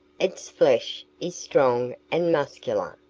its flesh is strong and muscular,